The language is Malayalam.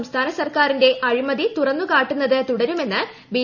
സംസ്ഥാന സർക്കാരിന്റെ അഴിമതി തുറന്ന് കാട്ടുന്നത് തുടരുമെന്ന് ബി